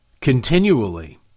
continually